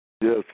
Yes